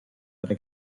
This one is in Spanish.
para